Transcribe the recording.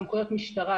בסמכויות משטרה,